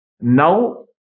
Now